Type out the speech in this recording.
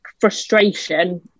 frustration